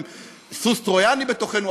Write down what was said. הם סוס טרויאני בתוכנו,